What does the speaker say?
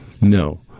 No